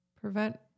prevent